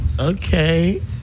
Okay